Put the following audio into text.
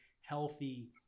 healthy